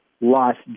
lost